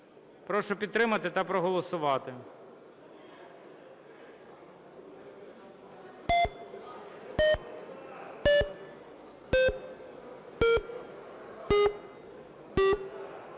Прошу підтримати та голосувати.